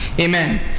Amen